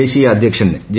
ദേശീയ അധ്യക്ഷൻ ജെ